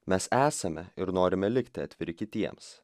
mes esame ir norime likti atviri kitiems